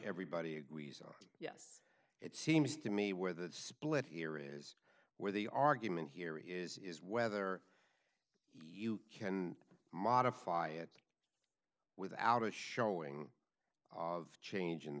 everybody agrees on it seems to me where the split here is where the argument here is whether you can modify it without a showing of chang